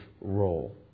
role